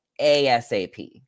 ASAP